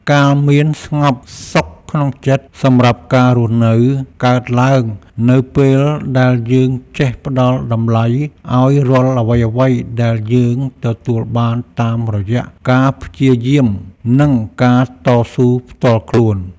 ការមានស្ងប់សុខក្នុងចិត្តសម្រាប់ការរស់នៅកើតឡើងនៅពេលដែលយើងចេះផ្ដល់តម្លៃឱ្យរាល់អ្វីៗដែលយើងទទួលបានតាមរយៈការព្យាយាមនិងការតស៊ូផ្ទាល់ខ្លួន។